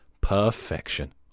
Perfection